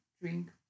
drink